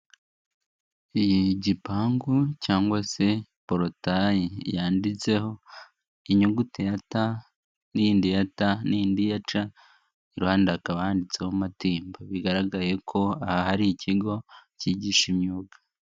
igipangu cyangwa se porotayi yanditseho inyuguti ya t nindi ya t n'indi ya c rwanda wanditseho matimba bigaragaye ko aha hari ikigo cyigisha imyuga